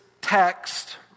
text